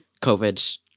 COVID